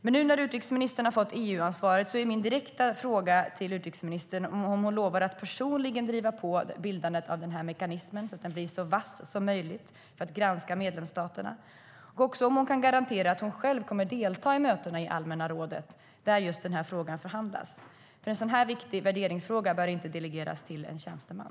Men nu när utrikesministern har fått EU-ansvaret är min direkta fråga till henne om hon kan lova att personligen driva på bildandet av denna mekanism, så att den blir så vass som möjligt för att granska medlemsstaterna. Jag vill också fråga om hon kan garantera att hon själv kommer att delta i mötena i allmänna rådet där just den här frågan förhandlas. En sådan här viktig värderingsfråga bör nämligen inte delegeras till en tjänsteman.